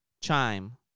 Chime